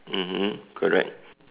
mmhmm correct